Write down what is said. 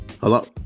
hello